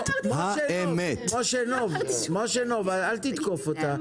משה נוב, אל תתקוף אותה.